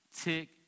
Tick